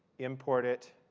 import it.